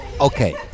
okay